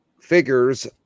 figures